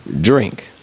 drink